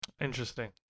Interesting